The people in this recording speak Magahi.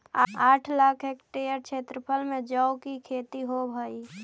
आठ लाख हेक्टेयर क्षेत्रफल में जौ की खेती होव हई